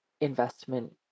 investment